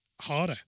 harder